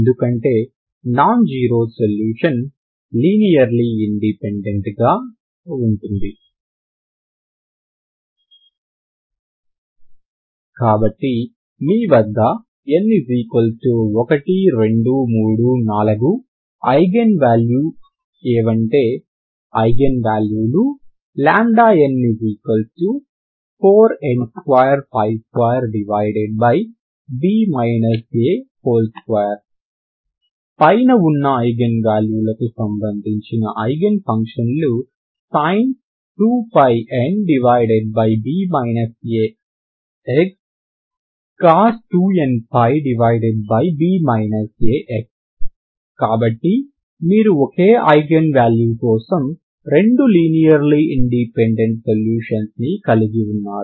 ఎందుకంటే non zero solution linearly independent గా ఉంటుంది కాబట్టి మీ వద్ద n123 4 ఐగెన్ వాల్యూస్ ఏవంటే ఐగెన్ వాల్యూ లు n4n222 పైన ఉన్న ఐగెన్ వాల్యూ లకు సంబంధించిన ఐగెన్ ఫంక్షన్లు sin 2πnb a xcos 2πnb a x కాబట్టి మీరు ఒకే ఐగెన్ వాల్యూ కోసం రెండు లీనియర్లీ ఇండిపెండెంట్ సొల్యూషన్స్ ను కలిగి ఉన్నారు